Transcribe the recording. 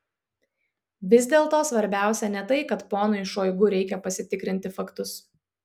vis dėlto svarbiausia ne tai kad ponui šoigu reikia pasitikrinti faktus